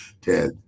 Ted